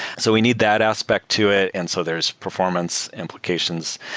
so we need that aspect to it. and so there's performance implications,